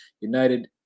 United